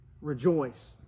Rejoice